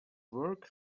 work